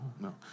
no